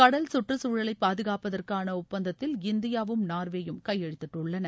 கடல் கற்றுச்சூழலை பாதுகாப்பதற்கான ஒப்பந்தத்தில் இந்தியாவும் நார்வேயும் கையெமுத்திட்டுள்ளன